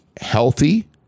healthy